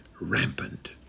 rampant